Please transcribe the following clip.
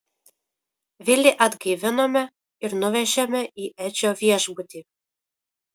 vilį atgaivinome ir nuvežėme į edžio viešbutį